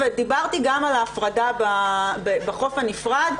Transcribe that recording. מאורח החיים, ודיברתי גם על ההפרדה בחוף הנפרד.